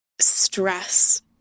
Stress